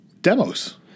demos